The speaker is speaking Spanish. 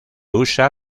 usa